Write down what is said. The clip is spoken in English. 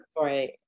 Right